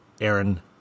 Aaron